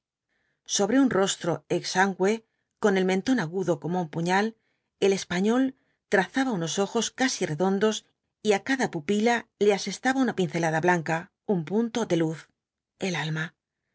sobre un rostro exangüe con el mentón agudo como un puñal el español trazaba unos ojos casi redon dos y á cada pupila le asestaba una pincelada blanca un punto de luz el alma